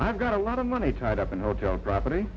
i've got a lot of money tied up in hotel property